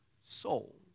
soul